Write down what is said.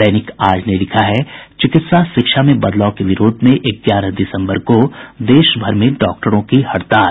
दैनिक आज ने लिखा है चिकित्सा शिक्षा में बदलाव के विरोध में ग्यारह दिसम्बर को देशभर में डॉक्टरों की हड़ताल